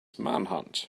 manhunt